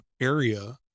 area